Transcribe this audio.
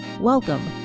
Welcome